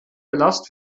palast